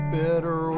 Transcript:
better